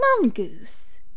Mongoose